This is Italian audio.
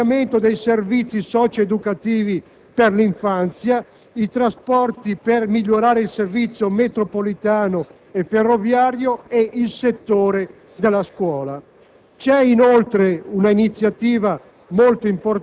le misure a favore degli incapienti, il finanziamento dei servizi socio-educativi per l'infanzia, i trasporti per migliorare il servizio metropolitano e ferroviario e il settore della scuola.